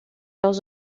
leurs